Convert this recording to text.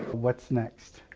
what's next?